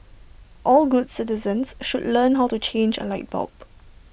all good citizens should learn how to change A light bulb